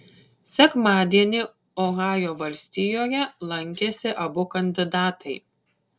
sekmadienį ohajo valstijoje lankėsi abu kandidatai